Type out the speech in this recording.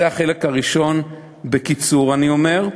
זה החלק הראשון, בקיצור, אני אומר.